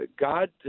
God